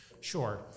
Sure